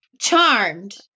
charmed